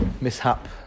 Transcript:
mishap